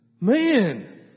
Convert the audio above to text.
Man